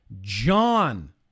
John